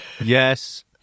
Yes